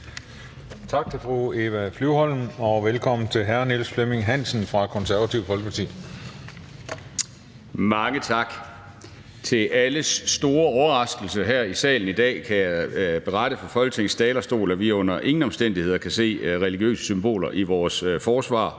Tak til fru Eva Flyvholm. Og velkommen til hr. Niels Flemming Hansen fra Konservative Folkeparti. Kl. 12:02 (Ordfører) Niels Flemming Hansen (KF): Mange tak. Til alles store overraskelse her i salen i dag kan jeg berette fra Folketingets talerstol, at vi under ingen omstændigheder kan se religiøse symboler i vores forsvar,